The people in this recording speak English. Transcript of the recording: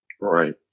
Right